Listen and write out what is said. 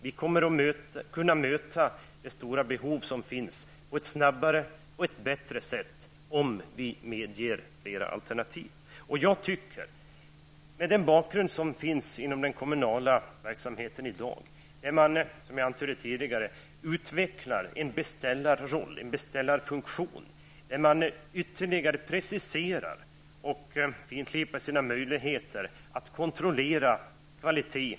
Vi skulle kunna möta de stora behov som finns på ett sådant sätt att lösningar skulle kunna erbjudas både snabbare och bättre om fler alternativ medgavs. Detta skall ses mot bakgrund av den kommunala verksamheten sådan den är i dag. Det behövs, som jag tidigare antytt, en verksamhet där man utvecklar en beställarroll, en beställarfunktion, och där man ytterligare preciserar och så att säga finslipar möjligheterna att kontrollera kvaliteten.